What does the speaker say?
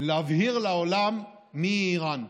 להבהיר לעולם מיהי איראן.